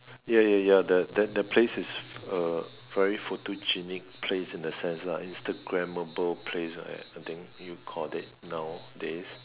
ya ya ya the the the that that place is uh very photogenic place in the sense lah Instragrammable place ah I think you call it nowadays